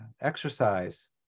exercise